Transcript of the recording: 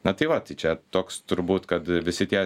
na tai va tai čia toks turbūt kad visi tie